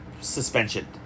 Suspension